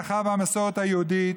ההלכה והמסורת היהודית.